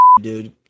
dude